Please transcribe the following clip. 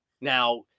Now